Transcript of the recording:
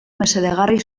mesedegarri